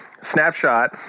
Snapshot